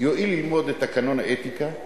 יואיל ללמוד את תקנון האתיקה,